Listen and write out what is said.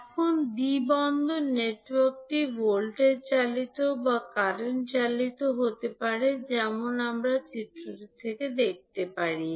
এখন দ্বি পোর্ট নেটওয়ার্কটি ভোল্টেজ চালিত বা বর্তমান চালিত হতে পারে যেমন আমরা চিত্রটি থেকে দেখতে পারি